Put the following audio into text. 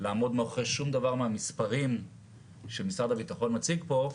לעמוד מאחורי שום דבר מהמספרים שמשרד הביטחון מציג פה,